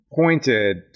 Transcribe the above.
pointed